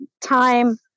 time